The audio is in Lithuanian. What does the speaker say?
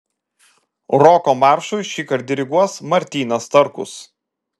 roko maršui šįkart diriguos martynas starkus